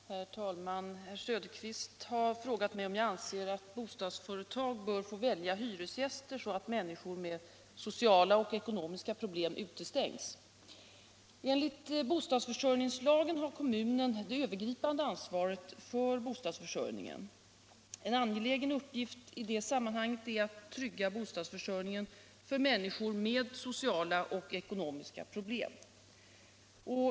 124, och anförde: Herr talman! Herr Söderqvist har frågat mig om jag anser att bostadsföretag bör få välja hyresgäster så att människor med sociala och ekonomiska problem utestängs. Enligt bostadsförsörjningslagen har kommunen det övergripande ansvaret för bostadsförsörjningen. En angelägen uppgift i detta sammanhang är att trygga bostadsförsörjningen för människor med sociala och ekonomiska problem.